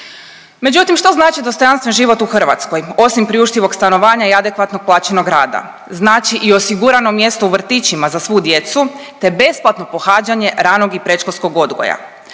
Međutim, što znači dostojanstven život u Hrvatskoj osim priuštivog stanovanja i adekvatnog plaćenog rada? Znači i osigurano mjesto u vrtićima za svu djecu, te besplatno pohađanje ranog i predškolskog odgoja.